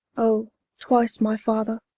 o twice my father,